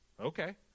Okay